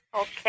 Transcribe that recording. Okay